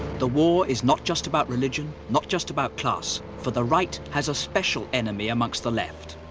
the war is not just about religion not just about class for the right has a special enemy amongst the left